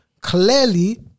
clearly